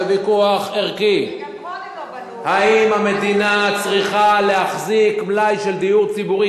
זה ויכוח ערכי: האם המדינה צריכה להחזיק מלאי של דיור ציבורי,